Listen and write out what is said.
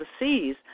overseas